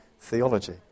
theology